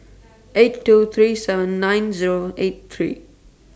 eight two three seven nine Zero eight three